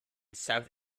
south